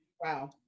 Wow